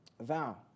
vow